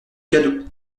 cadeau